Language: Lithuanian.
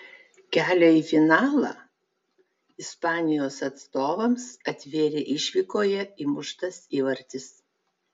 kelią į finalą ispanijos atstovams atvėrė išvykoje įmuštas įvartis